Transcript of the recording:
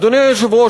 אדוני היושב-ראש,